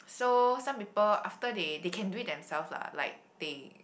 so some people after they they can do it themselves lah like they